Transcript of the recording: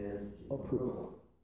approval